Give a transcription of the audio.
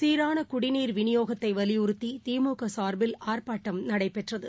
சீரானகுடிநீர் விநியோகத்தைவலியுறுத்திதிமுகசாா்பில் ஆர்ப்பாட்டம் நடைபெற்றது